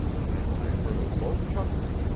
then i heard a low chuckle,